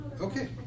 Okay